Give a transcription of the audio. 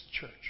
church